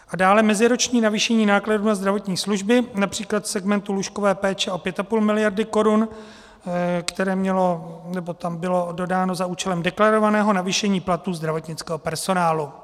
A dále meziroční navýšení nákladů na zdravotní služby, například segmentů lůžkové péče o 5,5 mld. korun, které tam bylo dodáno za účelem deklarovaného navýšení platů zdravotnického personálu.